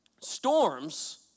Storms